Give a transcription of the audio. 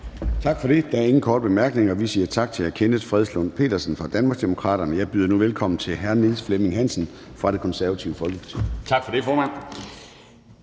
Tak for det. Der er ingen korte bemærkninger, og vi siger tak til hr. Kenneth Fredslund Petersen fra Danmarksdemokraterne. Jeg byder velkommen til hr. Niels Flemming Hansen, Det Konservative Folkeparti. Værsgo.